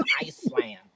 iceland